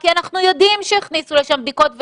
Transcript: כי אנחנו יודעים שהכניסו לשם בדיקות יזומות,